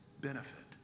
benefit